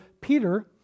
Peter